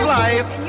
life